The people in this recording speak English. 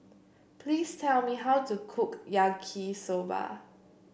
please tell me how to cook Yaki Soba